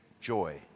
joy